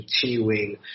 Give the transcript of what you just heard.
continuing